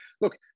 Look